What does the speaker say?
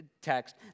text